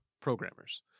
programmers